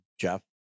Jeff